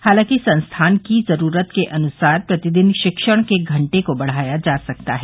हालांकि संस्थान की जरूरत के अन्सार प्रतिदिन शिक्षण के घंटे को बढ़ाया जा सकता है